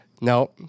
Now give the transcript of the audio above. No